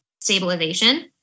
stabilization